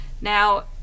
Now